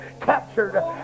captured